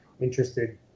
interested